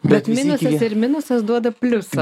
bet minusas ir minusas duoda pliusą